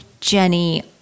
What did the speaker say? Jenny